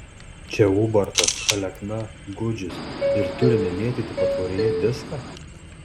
čia ubartas alekna gudžius ir turime mėtyti patvoryje diską